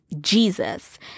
Jesus